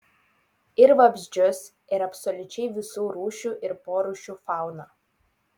ir vabzdžius ir absoliučiai visų rūšių ir porūšių fauną